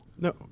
No